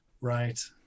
Right